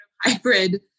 hybrid